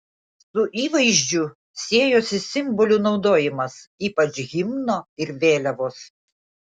su įvaizdžiu siejosi simbolių naudojimas ypač himno ir vėliavos